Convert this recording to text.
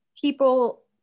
people